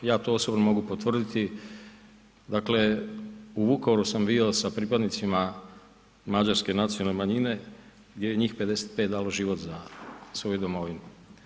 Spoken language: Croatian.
Ja to osobno mogu potvrditi, dakle u Vukovaru sam bio sa pripadnicima Mađarske nacionalne manjine gdje je njih 55 dalo život za svoju domovinu.